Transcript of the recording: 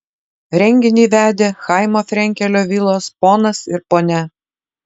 renginį vedė chaimo frenkelio vilos ponas ir ponia